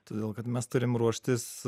todėl kad mes turim ruoštis